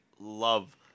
love